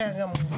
בסדר גמור.